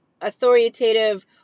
authoritative